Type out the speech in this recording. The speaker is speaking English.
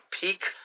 peak